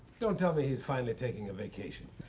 don't tell me he's finally taking a vacation.